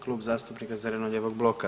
Klub zastupnika zeleno-lijevog bloka.